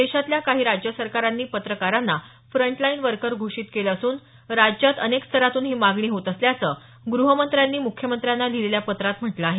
देशातल्या काही राज्य सरकारांनी पत्रकारांना फ्रंटलाईन वर्कर घोषित केलं असून राज्यात अनेक स्तरातून ही मागणी होत असल्याचं ग्रहमंत्र्यांनी मुख्यमंत्र्यांना लिहिलेल्या पत्रात म्हटलं आहे